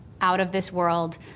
out-of-this-world